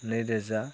नैरोजा